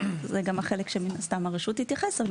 וזה גם חלק שמן הסתם הרשות תתייחס אליו.